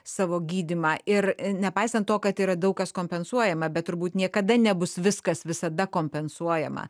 savo gydymą ir nepaisant to kad yra daug kas kompensuojama bet turbūt niekada nebus viskas visada kompensuojama